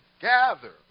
gather